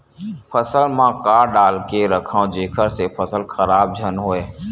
फसल म का डाल के रखव जेखर से फसल खराब झन हो?